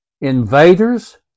invaders